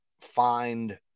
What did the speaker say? find